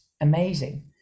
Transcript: amazing